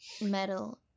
metal